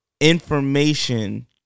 information